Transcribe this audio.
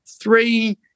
three